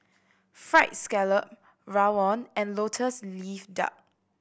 Fried Scallop rawon and Lotus Leaf Duck